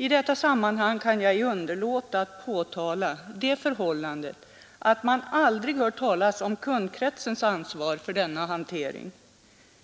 I detta sammanhang kan jag ej underlåta att påtala det förhållandet att man aldrig hör talas om kundkretsens ansvar för denna hantering.